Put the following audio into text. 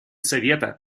совета